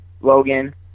Logan